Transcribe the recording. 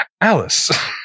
Alice